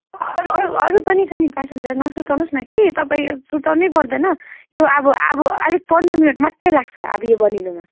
a अरू अरू पनि छ नि प्यासेनजर नसुर्ताउनु होस् न कि तपाईँ सुर्ताउनै पर्दैन यो अब अब अलिक पन्ध्र मिनट मात्रै लाग्छ अब यो बनिनुमा